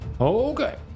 Okay